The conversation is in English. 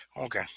Okay